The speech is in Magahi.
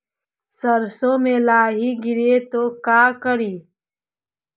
सरसो मे लाहि गिरे तो का करि?